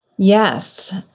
Yes